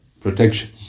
protection